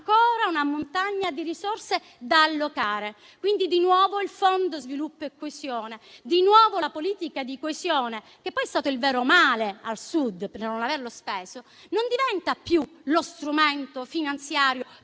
ancora una montagna di risorse da allocare? Quindi, di nuovo il Fondo sviluppo e coesione, di nuovo la politica di coesione, che poi è stata il vero male al Sud per non averlo speso, non è più lo strumento finanziario